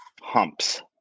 humps